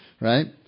right